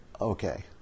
okay